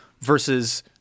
versus